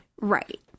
Right